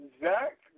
Zach